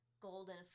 golden